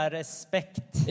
respekt